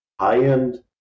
high-end